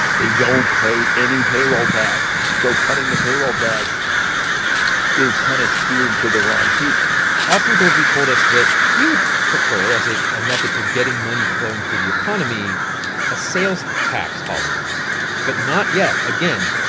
they don't pay any payroll tax. so cutting the payroll tax is kind of steered to the wrong people austan goolsbee told us that he would prefer as ah a method for getting money flowing through the economy a sales tax holiday but not yet. again,